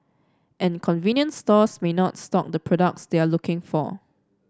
and convenience stores may not stock the products they are looking for